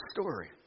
story